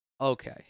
okay